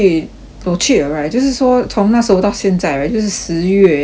我去了 right 就是说从那时候到现在 right 就是十月那时候